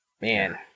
man